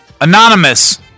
Anonymous